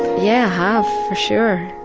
yeah have, for sure.